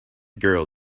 girl